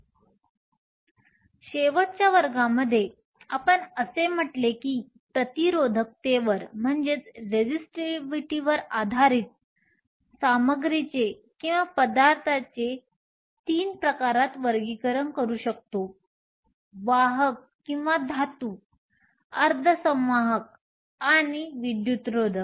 म्हणून शेवटच्या वर्गामध्ये आपण असे म्हटले की प्रतिरोधकतेवर आधारित सामग्रीचेपदार्थाचे तीन प्रकारात वर्गीकरण करू शकतो वाहक किंवा धातू अर्धसंवाहक आणि विद्युतरोधक